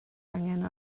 angen